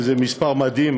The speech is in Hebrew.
וזה מספר מדהים,